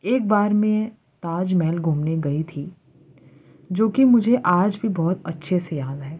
ایک بار میں تاج محل گھومنے گئی تھی جو کہ مجھے آج بھی بہت اچھے سے یاد ہے